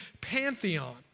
pantheon